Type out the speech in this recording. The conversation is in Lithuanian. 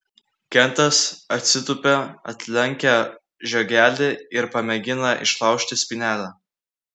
kentas atsitūpia atlenkia žiogelį ir pamėgina išlaužti spynelę